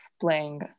playing